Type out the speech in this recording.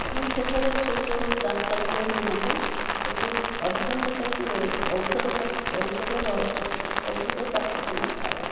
ଏବଂ ସେଠାରେ ସେ ଯେଉଁ ଡାକ୍ତରମାନେ ରୁହନ୍ତୁ ଏବଂ ଅଧିକାଂଶ ଟାଇମ୍ ଔଷଧ ଔଷଧର ଔଷଧ ଡାକ୍ତରଖାନାରେ ଥାଉ